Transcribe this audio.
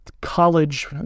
college